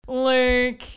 Luke